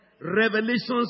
revelations